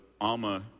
Alma